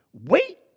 wait